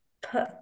put